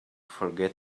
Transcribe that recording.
forget